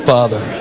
Father